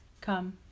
Come